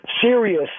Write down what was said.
serious